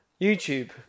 YouTube